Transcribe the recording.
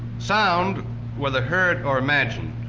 sound whether heard or imagined.